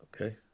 okay